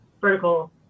vertical